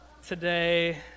today